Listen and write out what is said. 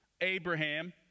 Abraham